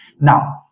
now